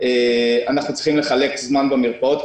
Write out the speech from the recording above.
אנחנו צריכים לחלק זמן במרפאות,